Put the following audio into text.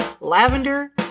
lavender